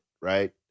right